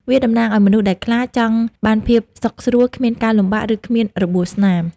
វាតំណាងឲ្យមនុស្សដែលខ្លាច ចង់បានភាពសុខស្រួល គ្មានការលំបាក ឬ គ្មានរបួសស្នាម។